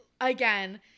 again